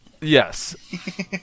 yes